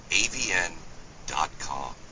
avn.com